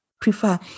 prefer